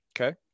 Okay